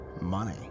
money